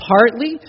Partly